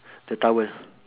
the towel